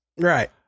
Right